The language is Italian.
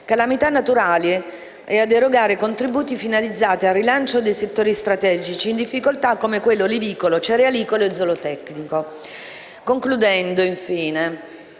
calamità naturali e a erogare contributi finalizzati al rilancio di settori strategici in difficoltà, come quello olivicolo, cerealicolo e zootecnico. Concludendo, un